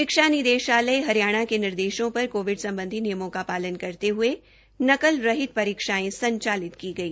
शिक्षा निदेशालय हरियाणा के निर्देशों पर कोविड सम्बधी नियमों का पालन करते हए नकल रहित परीक्षायें संचालित की गई